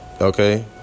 Okay